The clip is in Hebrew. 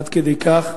עד כדי כך.